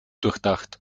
durchdacht